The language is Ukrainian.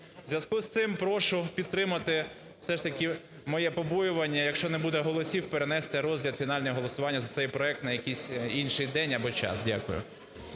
У зв'язку з цим прошу підтримати все ж таки моє побоювання, якщо не буде голосів, перенести розгляд, фінальне голосування за цей проект на якийсь інших день або час. Дякую.